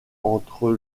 entre